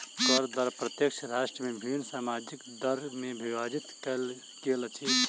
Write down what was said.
कर दर प्रत्येक राष्ट्र में विभिन्न सामाजिक दर में विभाजित कयल गेल अछि